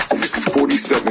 647